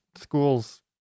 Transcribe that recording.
schools